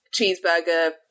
cheeseburger